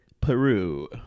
Peru